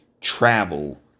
travel